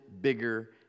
bigger